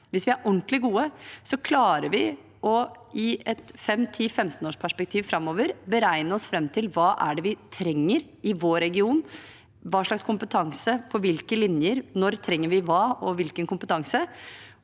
hvis vi er ordentlig gode, klarer vi i et 5–10–15-årsperspektiv framover å beregne oss fram til: Hva er det vi trenger i vår region, hva slags kompetanse på hvilke linjer, når trenger vi hva og hvilken kompetanse?